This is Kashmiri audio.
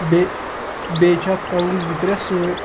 بیٚیہِ بیٚیہِ چھِ اَتھ کنگٔوۍ زٕ ترٛےٚ سۭتۍ